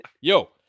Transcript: yo